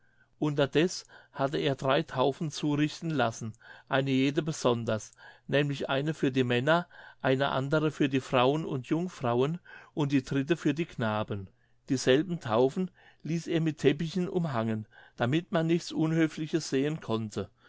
unterdeß hatte er drei taufen zurichten lassen eine jede besonders nämlich eine für die männer die andere für die frauen und jungfrauen und die dritte für die knaben dieselben taufen ließ er mit teppichen umhangen damit man nichts unhöfliches sehen konnte